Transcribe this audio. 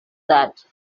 that